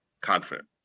confident